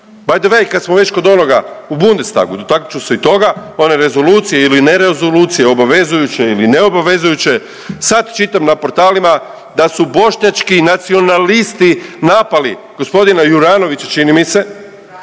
By the way, kad smo i već kod onoga u Bundestagu, dotaknut ću se i toga, one rezolucije ili nerezolucije, obavezujuće ili neobavezujuće, sad čitam na portalima da su bošnjački nacionalisti napali g. Juranovića, čini mi se,